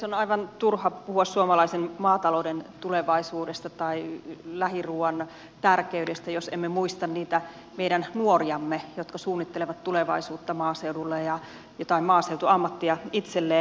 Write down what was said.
on aivan turha puhua suomalaisen maatalouden tulevaisuudesta tai lähiruuan tärkeydestä jos emme muista niitä meidän nuoriamme jotka suunnittelevat tulevaisuutta maaseudulla ja jotain maaseutuammattia itselleen